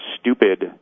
stupid